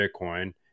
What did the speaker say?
Bitcoin